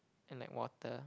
and like water